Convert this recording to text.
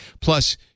Plus